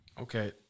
Okay